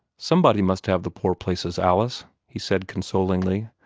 somebody must have the poor places, alice, he said consolingly.